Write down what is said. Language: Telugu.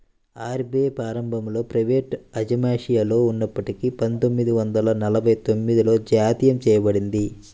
ఆర్.బీ.ఐ ప్రారంభంలో ప్రైవేటు అజమాయిషిలో ఉన్నప్పటికీ పందొమ్మిది వందల నలభై తొమ్మిదిలో జాతీయం చేయబడింది